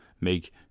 make